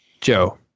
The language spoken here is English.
Joe